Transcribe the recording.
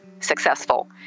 successful